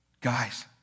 Guys